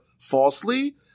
falsely